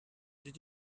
did